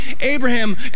Abraham